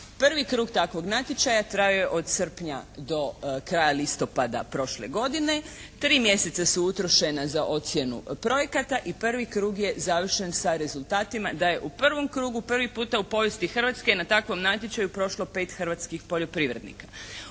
Prvi krug takvog natječaja trajao je od srpnja do kraja listopada prošle godine. Tri mjeseca su utrošena za ocjenu projekata. I prvi krug je završen sa rezultatima da je u prvom krugu prvi puta u povijesti Hrvatske na takvom natječaju prošlo 5 hrvatskih poljoprivrednika.